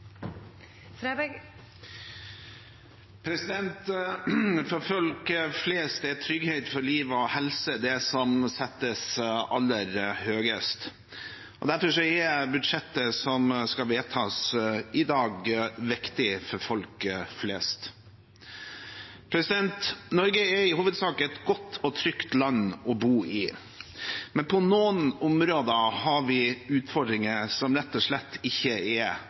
dag. For folk flest er trygghet for liv og helse det som settes aller høyest. Derfor er budsjettet som skal vedtas i dag, viktig for folk flest. Norge er i hovedsak et godt og trygt land å bo i, men på noen områder har vi utfordringer som rett og slett ikke er